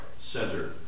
Center